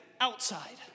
outside